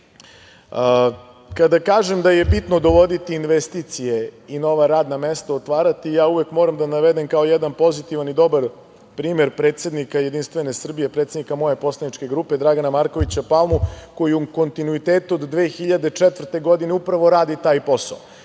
kažem da je bitno dovoditi investicije i nova radna mesta otvarati, uvek moram da navedem kao jedan pozitivan i dobar primer predsednika JS, predsednika moje poslaničke grupe, Dragana Markovića Palmu, koji u kontinuitetu od 2004. godine upravo radi taj posao.